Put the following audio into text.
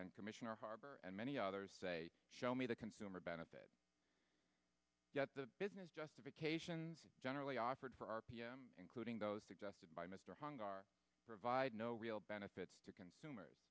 then commissioner harbor and many others say show me the consumer benefit yet the business justifications generally offered for r p m including those suggested by mr hong are provide no real benefits to consumers